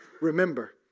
remember